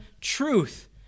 truth